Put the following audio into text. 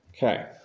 Okay